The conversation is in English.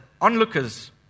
onlookers